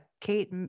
Kate